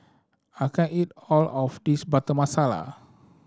I can't eat all of this Butter Masala